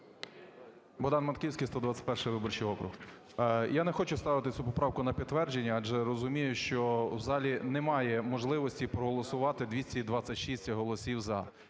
БогданМатківський, 121-й виборчий округ. Я не хочу ставити цю поправку на підтвердження, адже розумію, що в залі немає можливості проголосувати 226 голосів "за".